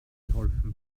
geholfen